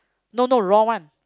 no no raw one